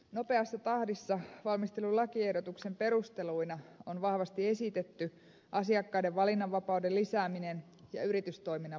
nopeassa tahdissa valmistellun lakiehdotuksen perusteluina on vahvasti esitetty asiakkaiden valinnanvapauden lisääminen ja yritystoiminnan vahvistaminen